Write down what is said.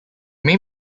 main